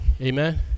Amen